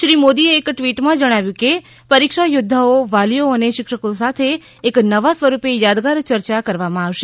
શ્રી મોદીએ એક ટ્વિટમાં જણાવ્યું કે પરીક્ષા યોદ્વાઓ વાલીઓ અને શિક્ષકો સાથે એક નવા સ્વરૂપે યાદગાર ચર્ચા કરવામાં આવશે